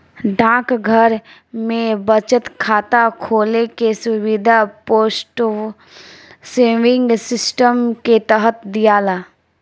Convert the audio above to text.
डाकघर में बचत खाता खोले के सुविधा पोस्टल सेविंग सिस्टम के तहत दियाला